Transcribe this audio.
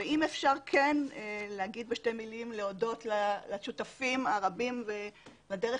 אם אפשר בשתי מילים להודות לשותפים הרבים בדרך